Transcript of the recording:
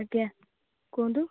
ଆଜ୍ଞା କୁହନ୍ତୁ